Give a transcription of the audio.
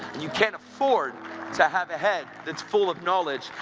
you can't afford to have a head that's full of knowledge,